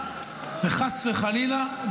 וחס וחלילה,